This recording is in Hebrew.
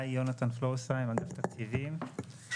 אני מאגף תקציבים.